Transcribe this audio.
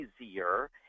easier